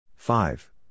Five